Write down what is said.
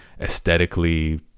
aesthetically